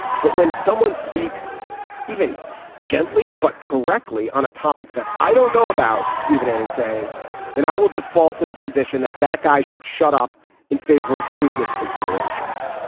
but when someone speaks even gently but correctly on a topic that i don't know about steven is saying then i will default to the position that that guy should shut up in favor of business considerations.